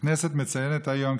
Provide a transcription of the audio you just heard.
הכנסת מציינת היום,